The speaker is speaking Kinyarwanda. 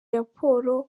raporo